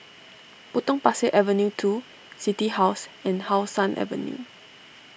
Potong Pasir Avenue two City House and How Sun Avenue